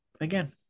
Again